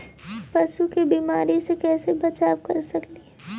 पशु के बीमारी से कैसे बचाब कर सेकेली?